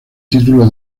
título